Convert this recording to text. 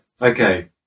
okay